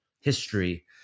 history